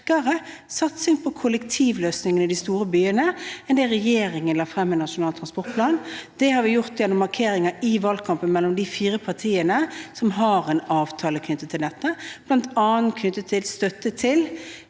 satsing på kollektivløsninger i de store byene enn det den forrige regjeringen la frem i Nasjonal transportplan. Det har vi gjort gjennom markeringer i valgkampen mellom de fire partiene som har en avtale knyttet til dette, bl.a. i forbindelse med støtte til